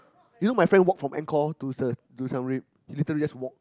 you know my friend just walk from Angkor to the to Siam-Reap he literally just walk